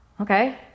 Okay